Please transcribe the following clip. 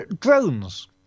drones